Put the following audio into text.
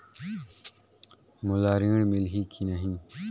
मोला ऋण मिलही की नहीं?